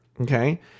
Okay